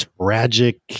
tragic